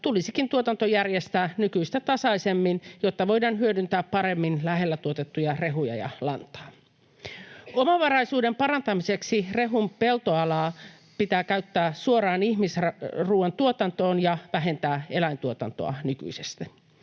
tulisikin tuotanto järjestää nykyistä tasaisemmin, jotta voidaan hyödyntää paremmin lähellä tuotettuja rehuja ja lantaa. Omavaraisuuden parantamiseksi rehun peltoalaa pitää käyttää suoraan ihmisruuan tuotantoon ja vähentää eläintuotantoa nykyisestä.